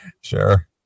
Sure